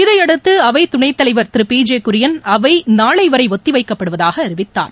இதனையடுத்து அவை துணைத்தலைவர் திரு பி ஜே குரியன் அவை நாளை வரை ஒத்திவைக்கப்படுவதாக அறிவித்கார்